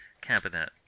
cabinet